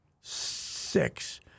six